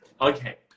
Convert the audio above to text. Okay